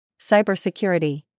Cybersecurity